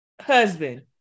husband